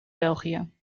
belgië